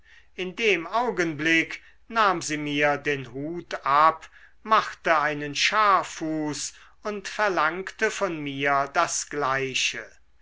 in dem augenblick nahm sie mir den hut ab machte einen scharrfuß und verlangte von mir das gleiche